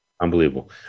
unbelievable